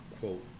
quote